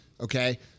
Okay